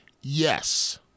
yes